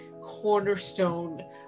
cornerstone